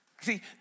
See